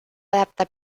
adapta